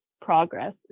progress